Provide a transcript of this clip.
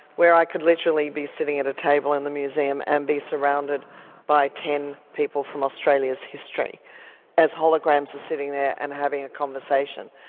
where i could literally be sitting at a table in the museum and be surrounded by ten people from australia's history as holograms sitting there and having a conversation.